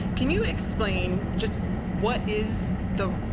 can you explain just what is the,